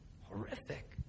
horrific